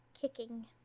Kicking